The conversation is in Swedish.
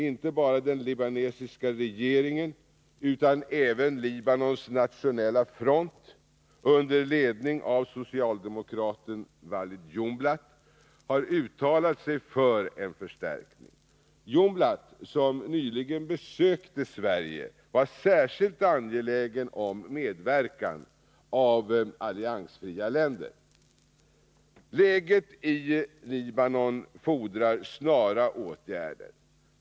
Inte bara den libanesiska regeringen utan även Libanons nationella front under ledning av socialdemokraten Walid Yumblatt har uttalat sig för en förstärkning. Yumblatt, som nyligen besökte Sverige, var särskilt angelägen om medverkan av alliansfria länder. Läget i Libanon fordrar snara åtgärder.